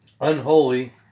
unholy